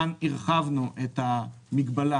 כאן הרחבנו את המגבלה,